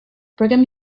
brigham